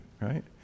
right